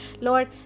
Lord